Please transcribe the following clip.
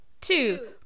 two